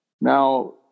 Now